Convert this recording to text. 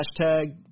hashtag